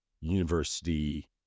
university